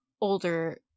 older